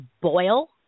boil